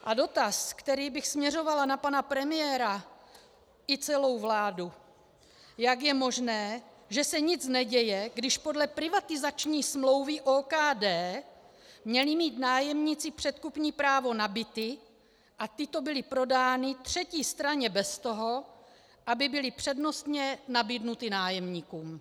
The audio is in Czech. A dotaz, který bych směřovala na pana premiéra i celou vládu: Jak je možné, že se nic neděje, když podle privatizační smlouvy OKD měli mít nájemníci předkupní právo na byty a tyto byly prodány třetí straně bez toho, aby byly přednostně nabídnuty nájemníkům?